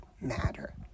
matter